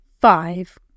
five